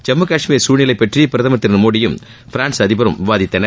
ஜம்மு கஷ்மீர் சூழ்நிலை பற்றி பிரதமர் திரு மோடியும் பிரான்ஸ் அதிபரும் விவாதித்தனர்